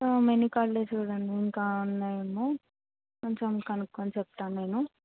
menu కార్డ్లో చూడండి ఇంకా ఏమేం ఉనాయి కొంచెం కనుక్కొని చెప్తాను నేను